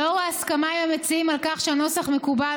לאור ההסכמה עם המציעים על כך שהנוסח מקובל